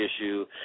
Issue